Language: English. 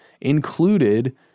included